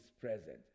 present